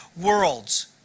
worlds